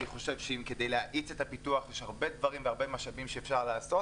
אני חושב שכדי להאיץ את הפיתוח יש הרבה דברים והרבה משאבים שאפשר לעשות